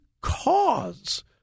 cause